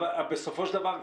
אבל בסופו של דבר,